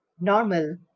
normal